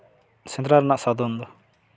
ᱥᱮᱸᱫᱽᱨᱟ ᱨᱮᱱᱟᱜ ᱥᱟᱫᱷᱚᱱ ᱫᱚ